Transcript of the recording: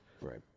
Right